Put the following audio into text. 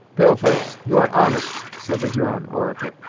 pale-face, you are honest, said the huron orator.